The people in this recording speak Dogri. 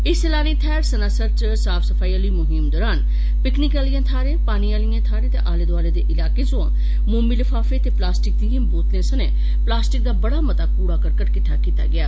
इस सैलानी थाहर सनासर च साफ सफाई आली मुहिम दरान पिकनिक आलिए थाहरें पानिए आलिए थाहरें ते आले दुआले दे इलाकें थमां मोमी लफाफे ते प्लास्टिक दिए बोतलें सनें प्लास्टिक दा बड़ा मता कूड़ा करकट किट्ठा कीता गेआ